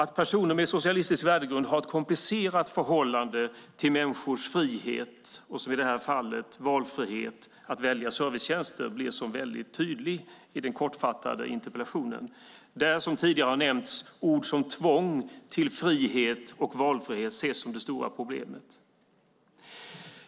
Att personer med socialistisk värdegrund har ett komplicerat förhållande till människors frihet, och som i det här fallet valfrihet att välja servicetjänster, blir väldigt tydligt i den kortfattade interpellationen. Där har tidigare ord som "tvång" till frihet och valfrihet nämnts som det stora problemet.